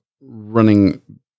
running